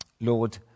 Lord